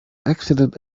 accident